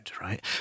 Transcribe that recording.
right